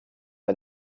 ein